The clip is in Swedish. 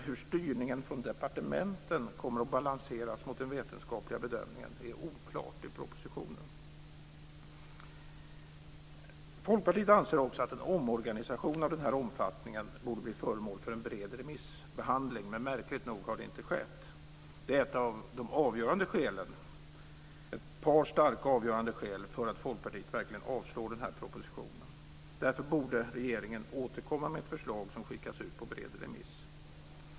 Hur styrningen från departementen kommer att balanseras mot vetenskapliga bedömningar är t.ex. oklart i propositionen. Folkpartiet anser också att en omorganisation av den här omfattningen borde bli föremål för en bred remissbehandling. Märkligt nog har det inte skett. Detta är ett par starka avgörande skäl till att Folkpartiet avstyrker propositionen. Regeringen borde återkomma med ett förslag som skickas ut på bred remiss.